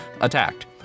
attacked